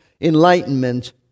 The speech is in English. enlightenment